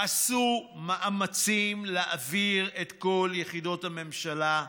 עשו מאמצים להעביר את כל יחידות הממשלה,